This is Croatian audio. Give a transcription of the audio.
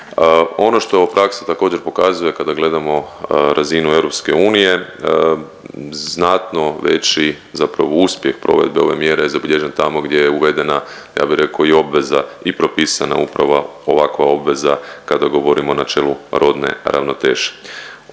Ono što praksa također pokazuje kada gledamo razinu EU znatno veći zapravo uspjeh provedbe ove mjere je zabilježen tamo gdje je uvedena, ja bi rekao i obveza i propisana upravo ovakva obveza kada govorimo o načelu rodne ravnoteže.